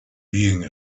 being